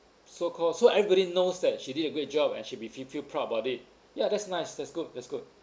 so called so everybody knows that she did a great job and she'll be feel proud about it ya that's nice that's good that's good